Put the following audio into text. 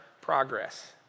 progress